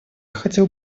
хотел